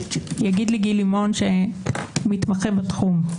יגיד גיל לימון שמתמחה בתחום,